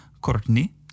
Courtney